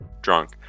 drunk